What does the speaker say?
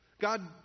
God